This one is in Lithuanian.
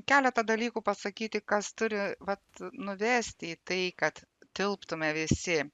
keletą dalykų pasakyti kas turi vat nuvesti į tai kad tilptume visi